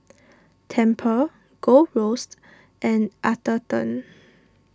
Tempur Gold Roast and Atherton